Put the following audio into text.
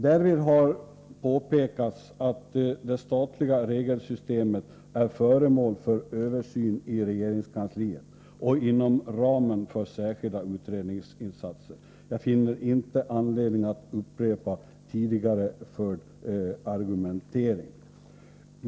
Därvid påpekade jag att det statliga regelsystemet är föremål för översyn i regeringskansliet och inom ramen för särskilda utredningsinsatser. Jag finner inte anledning att upprepa tidigare förd argumentering.